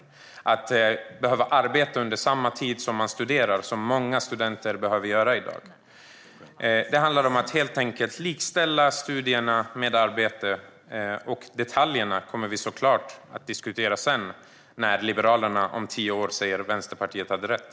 Det handlar om att behöva arbeta under samma tid som de studerar, som många studenter behöver göra i dag. Det gäller att likställa studierna med arbete. Detaljerna kommer vi såklart att diskutera när Liberalerna om tio år säger att Vänsterpartiet hade rätt.